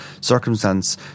circumstance